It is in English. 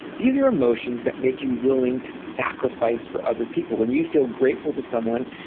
these are emotions that make you willing to sacrifice for other people. when you feel grateful to someone,